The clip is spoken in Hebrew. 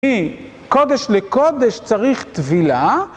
כי קודש לקודש צריך טבילה.